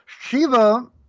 Shiva